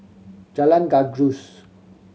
Jalan Gajus